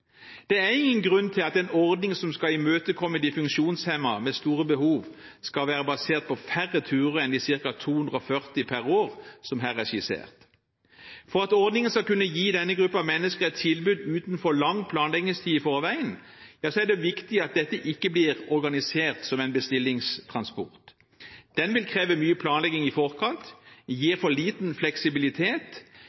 Det er ingen grunn til at en ordning som skal imøtekomme de funksjonshemmede med store behov, skal være basert på færre turer enn de ca. 240 per år som her er skissert. For at ordningen skal kunne gi denne gruppen mennesker et tilbud uten for lang planleggingstid i forveien, er det viktig at dette ikke blir organisert som en bestillingstransport. Den vil kreve mye planlegging i forkant,